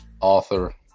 author